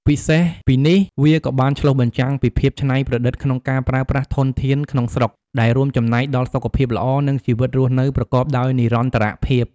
ពិសេសពីនេះ វាក៏បានឆ្លុះបញ្ចាំងពីភាពច្នៃប្រឌិតក្នុងការប្រើប្រាស់ធនធានក្នុងស្រុក ដែលរួមចំណែកដល់សុខភាពល្អ និងជីវិតរស់នៅប្រកបដោយនិរន្តរភាព។